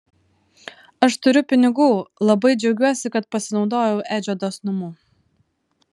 aš turiu pinigų labai džiaugiuosi kad pasinaudojau edžio dosnumu